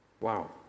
Wow